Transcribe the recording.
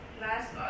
last